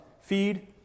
feed